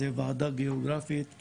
הוא ועדת גיאוגרפית,